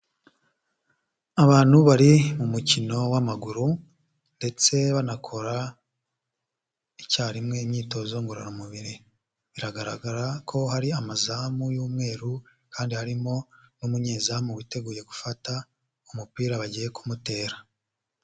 Abantu bari mu mukino w'amaguru, ndetse banakora icyarimwe imyitozo ngororamubiri. Biragaragara ko hari amazamu y'umweru, kandi harimo n'umunyezamu witeguye gufata umupira bagiye kumutera.